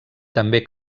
també